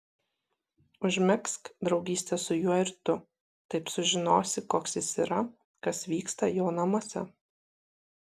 užmegzk draugystę su juo ir tu taip sužinosi koks jis yra kas vyksta jo namuose